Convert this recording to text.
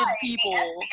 people